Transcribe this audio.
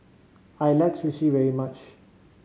I like Sushi very much